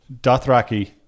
Dothraki